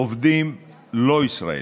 עובדים לא ישראלים,